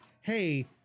hey